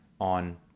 on